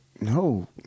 No